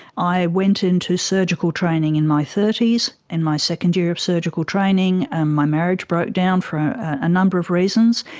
i went into surgical training in my thirty s. in my second year of surgical training ah my marriage broke down, for a number of reasons,